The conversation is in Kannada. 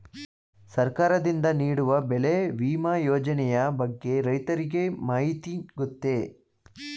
ಸರ್ಕಾರದಿಂದ ನೀಡುವ ಬೆಳೆ ವಿಮಾ ಯೋಜನೆಯ ಬಗ್ಗೆ ರೈತರಿಗೆ ಮಾಹಿತಿ ಗೊತ್ತೇ?